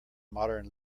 modern